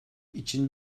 için